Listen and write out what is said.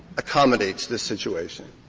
accommodates this situation.